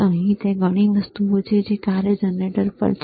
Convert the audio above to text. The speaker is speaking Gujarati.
હવે ત્યાં ઘણી વસ્તુઓ છે જે કાર્ય જનરેટર પર છે